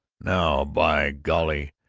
now, by golly,